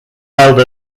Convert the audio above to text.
held